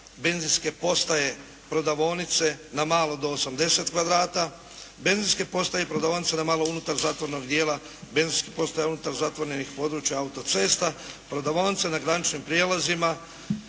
benzinske postaje prodavaonice na malo do 80 kvadrata, benzinske postaje i prodavaonice na malo unutar zatvorenog dijela, benzinske postaje unutar zatvorenih područja autocesta, prodavaonice na graničnim prijelazima,